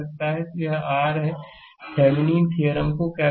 तो यह r है कि थेविनीन थ्योरम को क्या कहते हैं